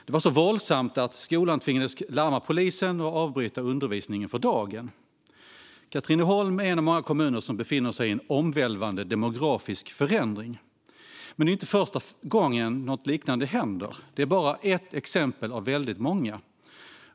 Det var så våldsamt att skolan tvingades larma polisen och avbryta undervisningen för dagen. Katrineholm är en av många kommuner som befinner sig i en omvälvande demografisk förändring. Men det är inte första gången något liknande händer. Detta är bara ett exempel av väldigt många.